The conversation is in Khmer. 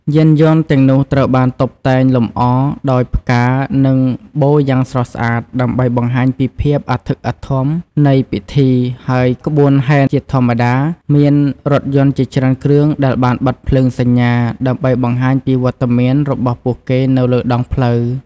យានយន្តទាំងនោះត្រូវបានតុបតែងលម្អដោយផ្កា និងបូយ៉ាងស្រស់ស្អាតដើម្បីបង្ហាញពីភាពអធិកអធមនៃពិធី ហើយក្បួនហែរជាធម្មតាមានរថយន្តជាច្រើនគ្រឿងដែលបានបិទភ្លើងសញ្ញាដើម្បីបង្ហាញពីវត្តមានរបស់ពួកគេនៅលើដងផ្លូវ។